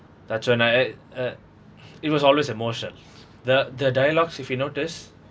that's when I uh uh it was always emotion the the dialogues if you notice